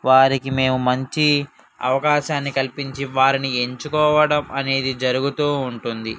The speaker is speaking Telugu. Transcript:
వారికి మేము మంచి అవకాశాన్ని కల్పించి వారిని ఎంచుకోవడం అనేది జరుగుతూ ఉంటుంది